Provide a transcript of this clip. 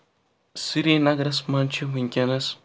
سرینَگرَس منٛز چھِ وُنکٮ۪نَس